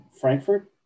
frankfurt